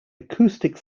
acoustic